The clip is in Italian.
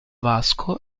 vasco